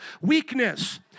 weakness